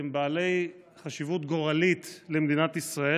הם בעלי חשיבות גורלית למדינת ישראל.